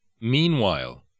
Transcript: Meanwhile